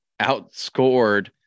outscored